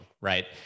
right